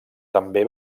també